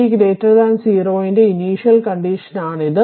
T 0 ന്റെ initial condition ആണ് ഇത്